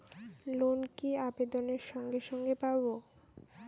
Loan কি আবেদনের সঙ্গে সঙ্গে পাব?